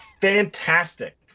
fantastic